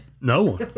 no